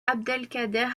abdelkader